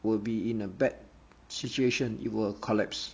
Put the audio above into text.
will be in a bad situation it will collapse